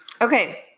Okay